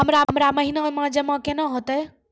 हमरा महिना मे जमा केना हेतै?